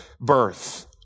birth